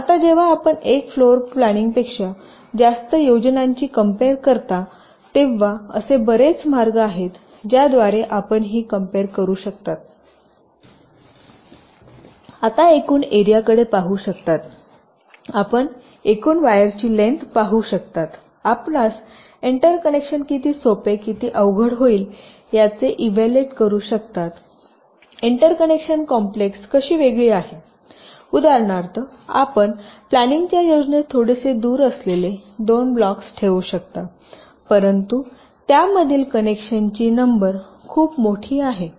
आता जेव्हा आपण एका फ्लोर प्लॅनिंग पेक्षा जास्त योजनांची कम्पेर करता तेव्हा असे बरेच मार्ग आहेत ज्याद्वारे आपण ही कम्पेर करू शकता आपण एकूण एरियाकडे पाहू शकता आपण एकूण वायरची लेन्थ पाहू शकता आपणास एंटर कनेक्शन किती सोपे किंवा किती अवघड होईल याचे इव्हॅल्युएट करू शकता अवरोध एंटर कनेक्शन कॉम्प्लेक्स कशी वेगळी आहे उदाहरणार्थ आपण प्लॅनिंगच्या योजनेत थोडेसे दूर असलेले दोन ब्लॉक्स ठेवू शकता परंतु त्यामधील कनेक्शनची नंबर खूप मोठी आहे